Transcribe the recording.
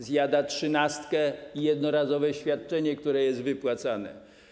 Zjada trzynastkę i jednorazowe świadczenie, które jest wypłacane.